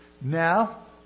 Now